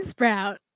Sprout